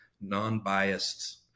non-biased